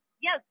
yes